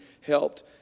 helped